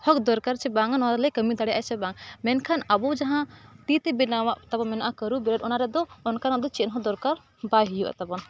ᱦᱚᱸᱠ ᱫᱚᱨᱠᱟᱨ ᱥᱮ ᱵᱟᱝᱟ ᱱᱚᱣᱟ ᱫᱚᱞᱮ ᱠᱟᱹᱢᱤ ᱫᱟᱲᱮᱭᱟᱜᱼᱟ ᱥᱮ ᱵᱟᱝ ᱢᱮᱱᱠᱷᱟᱱ ᱟᱵᱚ ᱡᱟᱦᱟᱸ ᱛᱤ ᱛᱮ ᱵᱮᱱᱟᱣᱟᱜ ᱛᱟᱵᱚᱱ ᱢᱮᱱᱟᱜᱼᱟ ᱠᱟᱹᱨᱩ ᱵᱤᱨᱤᱫ ᱚᱱᱟ ᱨᱮᱫᱚ ᱚᱱᱠᱟᱱᱟᱜ ᱫᱚ ᱪᱮᱫ ᱦᱚᱸ ᱫᱚᱨᱠᱟᱨ ᱵᱟᱭ ᱦᱩᱭᱩᱜᱼᱟ ᱛᱟᱵᱚᱱ